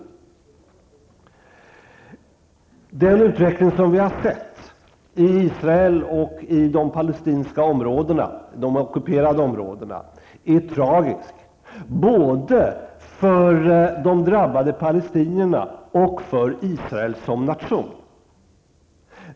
Den utveckling vi har sett i Israel och i de palestinska områdena -- de ockuperade områdena -- är tragisk både för de drabbade palestinierna och för Israel som nation.